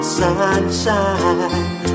sunshine